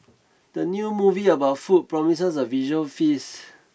the new movie about food promises a visual feast